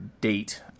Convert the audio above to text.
date